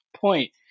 point